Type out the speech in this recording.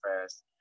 fast